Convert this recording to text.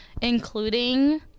including